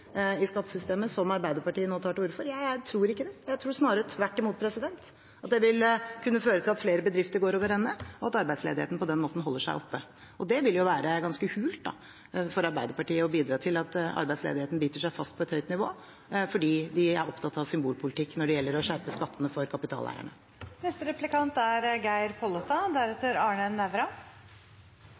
i skattesystemet, som Arbeiderpartiet nå tar til orde for? Jeg tror ikke det. Jeg tror snarere tvert imot at det vil kunne føre til at flere bedrifter går over ende, og at arbeidsledigheten på den måten holder seg oppe. Det vil jo være ganske hult for Arbeiderpartiet – å bidra til at arbeidsledigheten biter seg fast på et høyt nivå fordi de er opptatt av symbolpolitikk når det gjelder å skjerpe skattene for